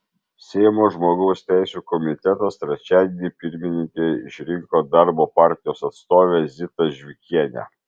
seimo žmogaus teisių komitetas trečiadienį pirmininke išrinko darbo partijos atstovę zitą žvikienę